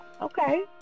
Okay